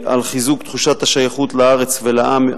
בחיזוק תחושת השייכות לארץ ולעם,